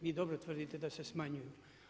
Vi dobro tvrdite da se smanjuju.